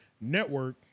network